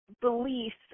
beliefs